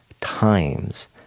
times